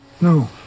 No